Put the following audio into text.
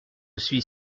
suis